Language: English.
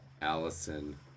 Allison